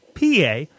PA